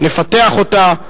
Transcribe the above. נפתח אותה,